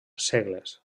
segles